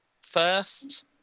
first